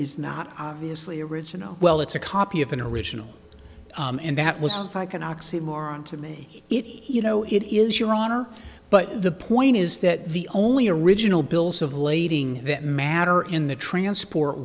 is not obviously original well it's a copy of an original and that was an oxymoron to make it he you know it is your honor but the point is that the only original bills of lading that matter in the transport